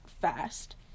fast